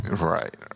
Right